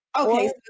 Okay